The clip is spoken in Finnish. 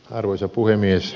arvoisa puhemies